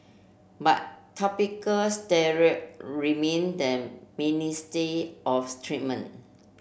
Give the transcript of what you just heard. but topical steroid remain the mainstay of treatment